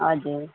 हजुर